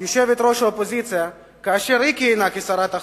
יושבת-ראש האופוזיציה כאשר היא כיהנה כשרת החוץ.